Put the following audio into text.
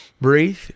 breathe